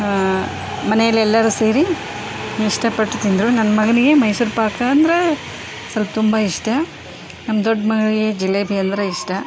ಮನೆಯಲ್ಲಿ ಎಲ್ಲರೂ ಸೇರಿ ಇಷ್ಟಪಟ್ಟು ತಿಂದರೂ ನನ್ನ ಮಗನಿಗೆ ಮೈಸೂರು ಪಾಕ ಅಂದ್ರೆ ಸ್ವಲ್ಪ ತುಂಬ ಇಷ್ಟ ನಮ್ಮ ದೊಡ್ಡ ಮಗಳಿಗೆ ಜಿಲೇಬಿ ಅಂದರೆ ಇಷ್ಟ